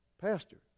Pastor